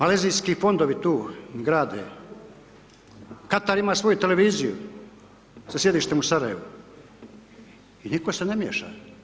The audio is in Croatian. Alezijski fondovi tu grade, Katar ima svoju televiziju sa sjedištem u Sarajevu, nitko se ne miješa.